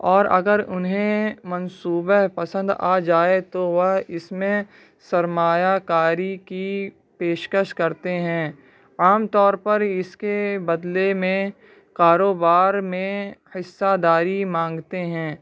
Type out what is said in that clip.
اور اگر انہیں منصوبہ پسند آ جائے تو وہ اس میں سرمایہ کاری کی پیشکش کرتے ہیں عام طور پر اس کے بدلے میں کاروبار میں حصہ داری مانگتے ہیں